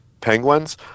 penguins